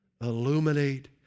illuminate